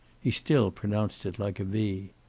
he still pronounced it like a v.